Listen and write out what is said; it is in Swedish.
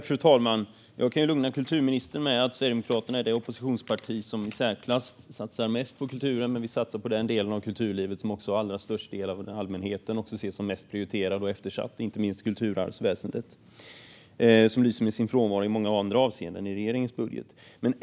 Fru talman! Jag kan lugna kulturministern med att Sverigedemokraterna är det oppositionsparti som i särklass satsar mest på kulturen, men vi satsar på den del av kulturlivet som den allra största delen av allmänheten ser som mest prioriterad och eftersatt, inte minst kulturarvsväsendet, som lyser med sin frånvaro i många andra avseenden i regeringens budget.